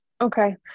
Okay